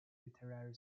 literary